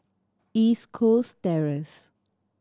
East Coast Terrace